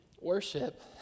worship